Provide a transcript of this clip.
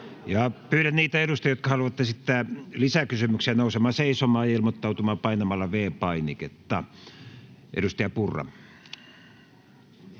Pyydän niitä edustajia, jotka haluavat esittää lisäkysymyksiä, nousemaan seisomaan ja ilmoittautumaan painamalla V-painiketta. — Edustaja Purra.